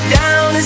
down